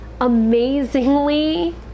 amazingly